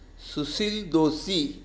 Sushil Doshi